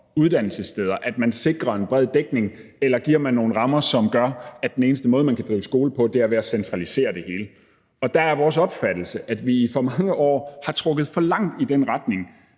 uddannelsessteder og man sikrer en bred dækning, eller giver man nogle rammer, som gør, at den eneste måde, man kan drive skole på, er ved at centralisere det hele? Det er vores opfattelse, at vi i for mange år har trukket for langt i den retning,